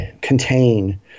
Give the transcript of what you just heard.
contain